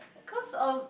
cause of